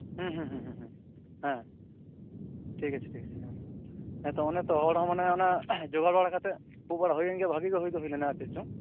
ᱦᱩᱸ ᱦᱩᱸ ᱦᱩᱸ ᱦᱩᱸ ᱦᱮᱸ ᱴᱷᱤᱠ ᱟᱪᱪᱷᱮ ᱴᱷᱤᱠ ᱟᱪᱪᱷᱮ ᱦᱮᱸ ᱦᱮᱸᱛᱚ ᱚᱱᱮ ᱛᱚ ᱦᱚᱲ ᱦᱚᱸ ᱢᱟᱱᱮ ᱡᱚᱜᱟᱲ ᱵᱟᱲᱟ ᱠᱟᱛᱮ ᱯᱩ ᱵᱟᱲᱟ ᱦᱩᱭᱮᱱ ᱜᱮᱭᱟ ᱵᱷᱟᱹᱜᱤ ᱜᱮ ᱦᱩᱭ ᱫᱚ ᱦᱩᱭᱞᱮᱱᱟ ᱪᱮᱫ ᱪᱚᱝ